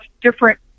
different